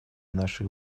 наших